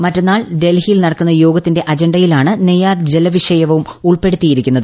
മറ്റെന്നാൾ ഡൽഹിയിൽ നടക്കുന്ന യോഗത്തിന്റെ അജണ്ടയിലാണ് നെയ്യാർ ജലവിഷയവും ഉൾപ്പെടുത്തിയിരിക്കുന്നത്